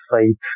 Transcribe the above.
faith